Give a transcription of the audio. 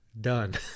Done